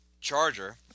charger